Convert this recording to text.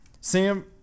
Sam